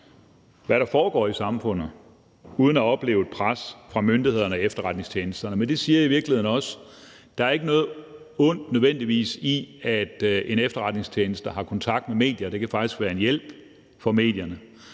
hvad der foregår i samfundet, uden at opleve et pres fra myndighederne og efterretningstjenesterne. Med det siger jeg i virkeligheden også, at der ikke nødvendigvis er noget ondt i, at en efterretningstjeneste har kontakt med medier. Det kan faktisk være en hjælp for medierne.